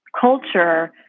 culture